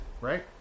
right